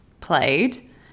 played